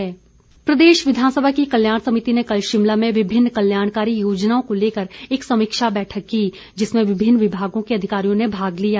बैठक प्रदेश विधानसभा की कल्याण समिति ने कल शिमला में विभिन्न कल्याणकारी योजनाओं को लेकर एक समीक्षा बैठक की जिसमें विभिन्न विभागों के अधिकारियों ने भाग लिया